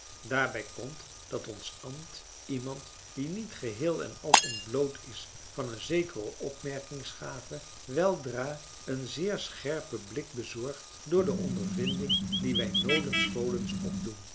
daarbij komt dat ons ambt iemand die niet geheel en al ontbloot is van een zekere opmerkingsgave weldra een zeer scherpen blik bezorgt door de ondervinding die wij nolens volens opdoen